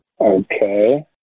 Okay